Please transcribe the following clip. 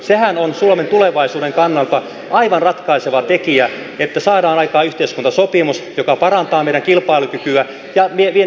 sehän on suomen tulevaisuuden kannalta aivan ratkaiseva tekijä että saadaan aikaan yhteiskuntasopimus joka parantaa meidän kilpailukykyämme ja nimenomaan vientimarkkinoille